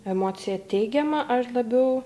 emociją teigiamą ar labiau